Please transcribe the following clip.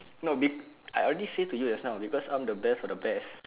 no be~ I already say to you just now because I am the best of the best